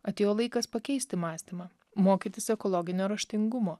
atėjo laikas pakeisti mąstymą mokytis ekologinio raštingumo